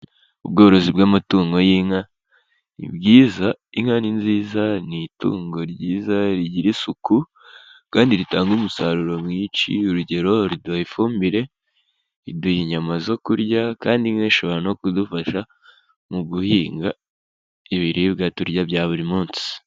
Ubworozi bw'amatungo y'inka ni bwiza, inka ni nziza, ni itungo ryiza rigira isuku kandi ritanga umusaruro mwinshi, urugero riduha ifumbire, riduha inyama zo kurya kandi inka ishobora no kudufasha mu guhinga ibiribwa turya bya buri munsi.